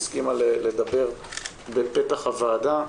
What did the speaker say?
היא הסכימה לדבר בפתח הדיון בוועדה.